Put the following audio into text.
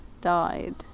died